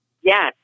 Yes